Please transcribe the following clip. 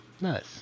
Nice